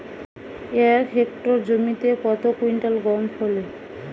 এক হেক্টর জমিতে কত কুইন্টাল গম ফলে?